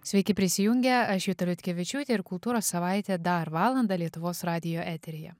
sveiki prisijungę aš juta liutkevičiūtė ir kultūros savaitė dar valandą lietuvos radijo eteryje